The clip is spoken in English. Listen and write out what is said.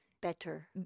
better